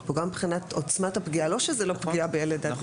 מבחינת עוצמת הפגיעה ולא שזאת לא פגיעה בילד עד גיל שמונה.